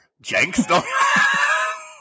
Jenks